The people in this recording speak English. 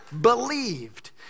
believed